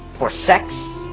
for sex,